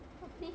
apa ni